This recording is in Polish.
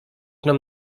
nam